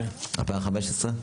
מ-2015?